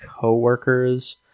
coworkers